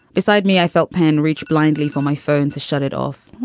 beside me, i felt pain reach blindly for my phone to shut it off